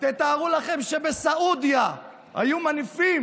תתארו לכם שבסעודיה היו מניפים